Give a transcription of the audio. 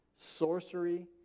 sorcery